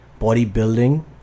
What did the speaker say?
bodybuilding